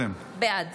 בעד